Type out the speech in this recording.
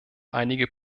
einige